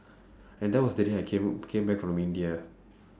and that was the day I came came back from india